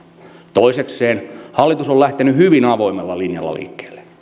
toisekseen hallitus on lähtenyt hyvin avoimella linjalla liikkeelle